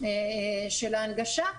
של ההנגשה,